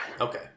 Okay